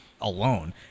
alone